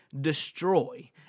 destroy